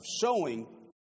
showing